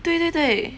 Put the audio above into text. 对对对